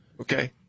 Okay